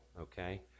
okay